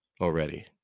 already